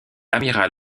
amiral